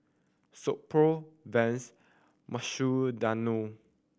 So Pho Vans Mukshidonna